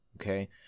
okay